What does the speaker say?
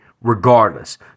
regardless